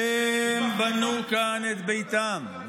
והם בנו כאן את ביתם,